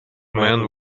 man